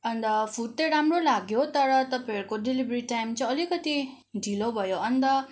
अन्त फुड त राम्रो लाग्यो तर तपाईँहरूको डेलिभरी टाइम चाहिँ अलिकति ढिलो भयो अन्त